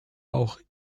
auch